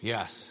Yes